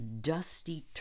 dusty